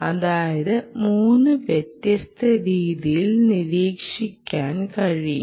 അതായത് 3 വ്യത്യസ്ത രീതിയിൽ നിരീക്ഷിക്കാൻ കഴിയും